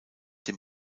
dem